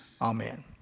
Amen